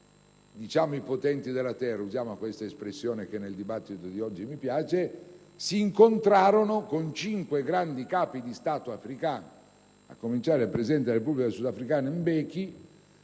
volta, i potenti della Terra - uso questa espressione che nel dibattito di oggi mi piace - si incontrarono con cinque grandi Capi di Stato africani, a cominciare dal presidente della Repubblica sudafricana Mbeki,